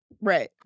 Right